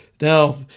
Now